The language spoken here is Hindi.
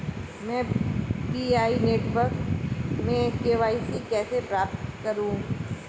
मैं पी.आई नेटवर्क में के.वाई.सी कैसे प्राप्त करूँ?